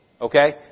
Okay